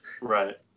Right